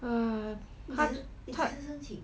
err 他